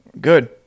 Good